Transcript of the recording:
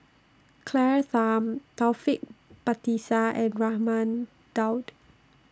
Claire Tham Taufik Batisah and Raman Daud